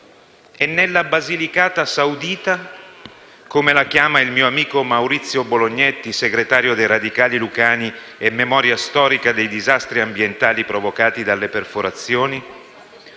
nella "Basilicata Saudita", come la chiama il mio amico Maurizio Bolognetti, segretario dei radicali lucani e memoria storica dei disastri ambientali provocati dalle perforazioni?